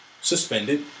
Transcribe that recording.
suspended